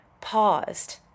paused